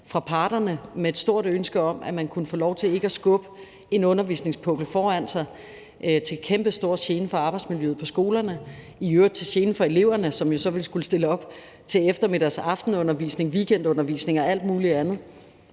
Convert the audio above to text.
fra parterne med et stort ønske om, at man kunne få lov til ikke at skubbe en undervisningspukkel foran sig til kæmpestor gene for arbejdsmiljøet på skolerne og i øvrigt til gene for eleverne, som jo så ville skulle stille op til eftermiddags- og aftenundervisning, weekendundervisning og alt muligt andet